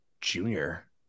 junior